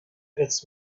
its